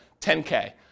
10K